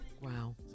Wow